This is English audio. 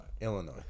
Illinois